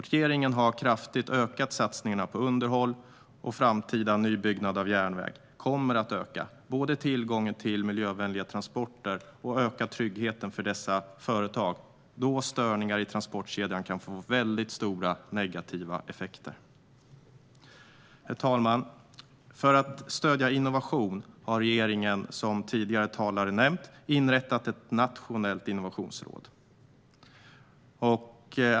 Regeringen har kraftigt ökat satsningarna på underhåll, och den framtida nybyggnaden av järnväg kommer att öka både tillgången till miljövänliga transporter och tryggheten för dessa företag eftersom störningar i transportkedjan kan få stora negativa effekter. Herr talman! För att stödja innovation har regeringen, som tidigare talare har nämnt, inrättat ett nationellt innovationsråd.